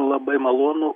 labai malonu